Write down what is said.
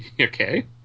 Okay